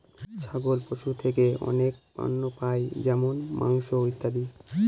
ছাগল পশু থেকে অনেক পণ্য পাই যেমন মাংস, ইত্যাদি